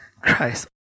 christ